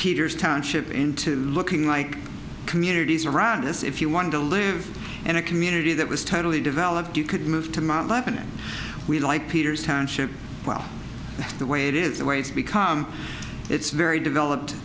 peters township into looking like communities around us if you want to live in a community that was totally developed you could move to mount lebanon we like peter's township well the way it is the way it's become it's very developed